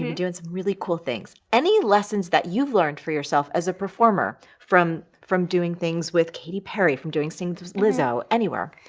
you've been doing some really cool things. any lessons that you've learned for yourself as a performer from from doing things with katy perry, from doing things with lizzo, anywhere?